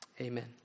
Amen